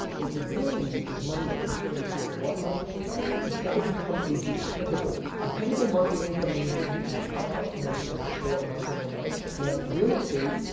what you really need is money that can turn into a what monthly income? it's got to become a dependable. dependable monthly income means that you can count on it and that it's going to show up month over month. and real estate,